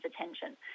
attention